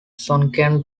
sunken